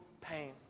pain